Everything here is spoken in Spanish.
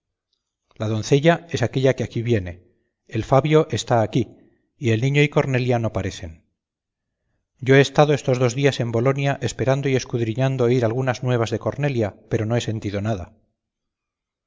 la doncella es aquella que allí viene el fabio está aquí y el niño y cornelia no parecen yo he estado estos dos días en bolonia esperando y escudriñando oír algunas nuevas de cornelia pero no he sentido nada